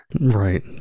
Right